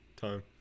time